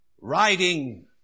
riding